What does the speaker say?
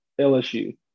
LSU